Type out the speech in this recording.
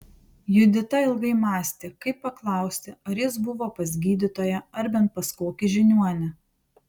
judita ilgai mąstė kaip paklausti ar jis buvo pas gydytoją ar bent pas kokį žiniuonį